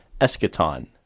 Eschaton